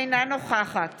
אינה נוכחת